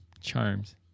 charms